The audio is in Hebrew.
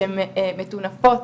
שהן מטונפות,